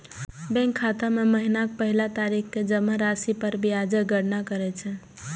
bank खाता मे महीनाक पहिल तारीख कें जमा राशि पर ब्याजक गणना करै छै